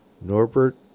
norbert